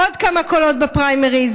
עוד כמה קולות בפריימריז.